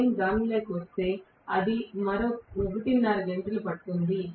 నేను దానిలోకి వస్తే అది మరో ఒకటిన్నర గంటలు పడుతుంది